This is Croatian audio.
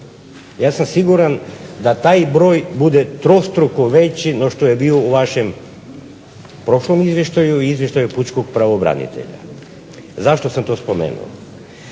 ja sam siguran da taj broj bude trostruko veći no što je bio u vašem prošlom izvještaju i izvještaju pučkog pravobranitelja. Zašto sam to spomenuo?